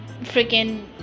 freaking